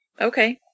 Okay